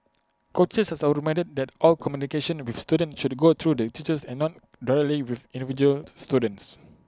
coaches are also reminded that all communication with students should go through the teachers and not directly with individual students